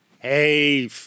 Hey